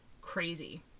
crazy